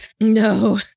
No